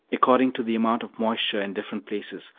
according to the amount of moisture in different places,